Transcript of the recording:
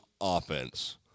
offense